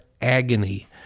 agony